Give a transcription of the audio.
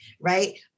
right